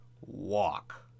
walk